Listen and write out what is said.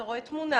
אתה רואה תמונה,